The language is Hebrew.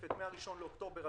(2)סעיף 9(ג1ג)(2)(ב1)(2)(ב);